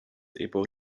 able